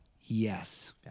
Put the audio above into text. Yes